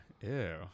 Ew